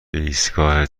ایستگاه